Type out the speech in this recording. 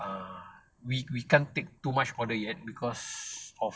uh we we can't take too much order yet because of